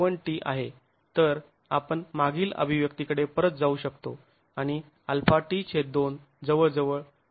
1 t आहे तर आपण मागील अभिव्यक्तीकडे परत जाऊ शकतो आणि αt2 जवळजवळ 0